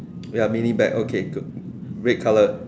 ya mini bag okay good red colour